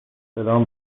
صدام